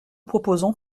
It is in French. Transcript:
proposons